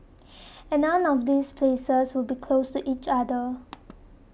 and none of these places would be closed each other